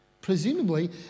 Presumably